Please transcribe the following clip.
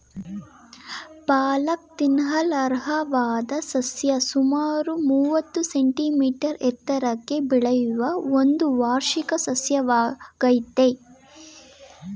ಪಾಲಕ್ ತಿನ್ನಲರ್ಹವಾದ ಸಸ್ಯ ಸುಮಾರು ಮೂವತ್ತು ಸೆಂಟಿಮೀಟರ್ ಎತ್ತರಕ್ಕೆ ಬೆಳೆಯುವ ಒಂದು ವಾರ್ಷಿಕ ಸಸ್ಯವಾಗಯ್ತೆ